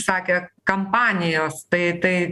sakė kampanijos tai tai